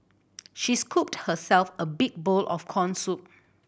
she scooped herself a big bowl of corn soup